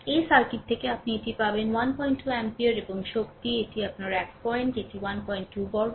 এই সার্কিট থেকে আপনি এটি পাবেন 12 অ্যাম্পিয়ার এবং শক্তি এটি আপনার এক পয়েন্ট এটি 12 বর্গ